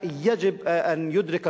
הם צריכים להעניש את